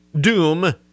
doom